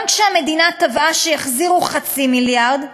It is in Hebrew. גם כשהמדינה תבעה שיחזירו חצי מיליארד,